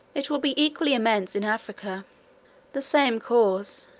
it will be equally immense in africa the same cause,